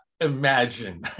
imagine